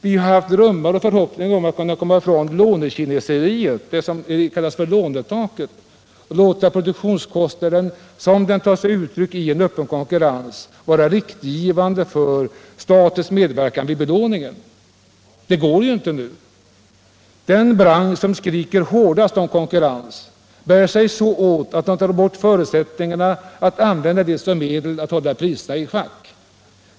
Vi har haft förhoppningar om att komma ifrån lånekineseriet, det s.k. lånetaket, och att kunna låta produktionskostnaden som den tar sig uttryck i en öppen konkurrens vara riktgivande 45 för statens medverkan vid belåningen. Detta går ju nu inte att genomföra. Den bransch som skriker hårdast efter konkurrens bär sig åt på ett sådant sätt att den rycker undan förutsättningarna för att använda konkurrensen som medel för att hålla priserna i schack.